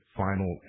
final